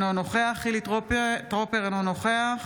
אינו נוכח חילי טרופר, אינו נוכח